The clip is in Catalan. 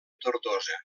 tortosa